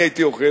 אני הייתי אוכל,